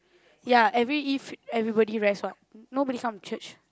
ya every eve everybody rest what nobody come to church